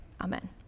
Amen